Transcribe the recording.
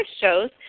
shows